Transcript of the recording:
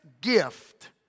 gift